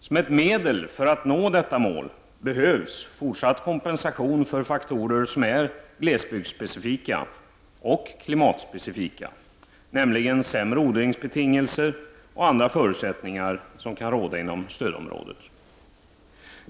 Som ett medel för att nå detta mål behövs fortsatt kompensation för faktorer som är glesbygdsspecifika och klimatspecifika, nämligen sämre odlingsbetingelser och andra sämre förutsättningar som kan råda inom stödområdet.